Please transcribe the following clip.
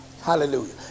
Hallelujah